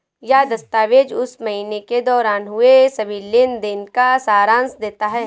यह दस्तावेज़ उस महीने के दौरान हुए सभी लेन देन का सारांश देता है